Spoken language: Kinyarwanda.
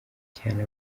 cyane